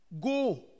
go